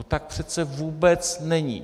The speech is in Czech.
To tak přece vůbec není.